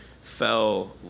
fell